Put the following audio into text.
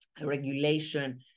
regulation